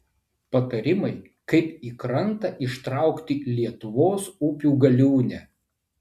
patarimai kaip į krantą ištraukti lietuvos upių galiūnę